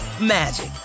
magic